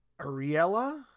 Ariella